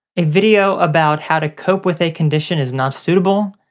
a video about how to cope with a condition is not suitable?